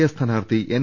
A സ്ഥാനാർത്ഥി N